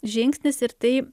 žingsnis ir tai